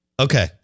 Okay